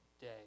day